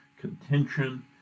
contention